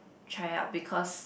try out because